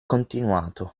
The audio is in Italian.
continuato